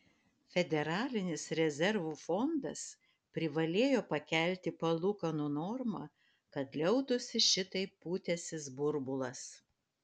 federalinis rezervų fondas privalėjo pakelti palūkanų normą kad liautųsi šitaip pūtęsis burbulas